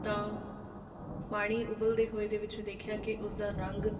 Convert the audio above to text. ਤਾਂ ਪਾਣੀ ਉਬਲਦੇ ਹੋਏ ਦੇ ਵਿੱਚ ਦੇਖਿਆ ਕਿ ਉਸ ਦਾ ਰੰਗ